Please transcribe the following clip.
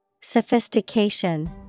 Sophistication